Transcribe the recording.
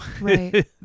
right